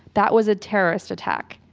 that was a terrorist attack.